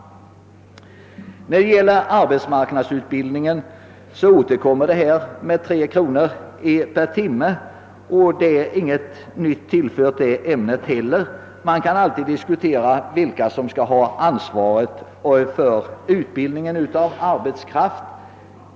När det gäller arbetsmarknadsutbildningen återkommer förslaget om 3 kr. per timme i ersättning. Inte heller det ämnet har tillförts någonting nytt. Det kan alltid diskuteras vilka som skall ha ansvaret för utbildningen av arbetskraft.